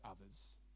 others